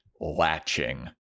Latching